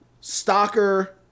stalker